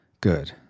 Good